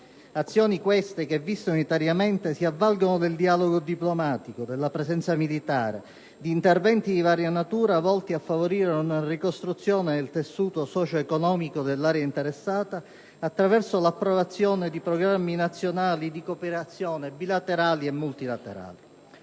azioni che, viste unitariamente, si avvalgono del dialogo diplomatico, della presenza militare, di interventi di varia natura volti a favorire una ricostruzione del tessuto socio-economico dell'area interessata, attraverso l'approvazione di programmi nazionali di cooperazione bilaterali e multilaterali.